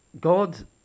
God